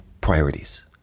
priorities